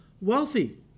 wealthy